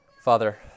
Father